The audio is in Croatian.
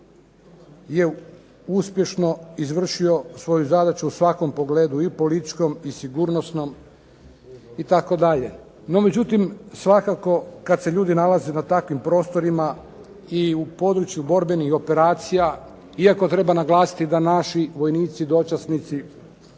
je uspješno izvršio svoju zadaću u svakom pogledu. I političkom i sigurnosnom itd. No, međutim svakako kad se ljudi nalaze na takvim prostorima i u području borbenih operacija, iako treba naglasiti da naši vojnici, dočasnici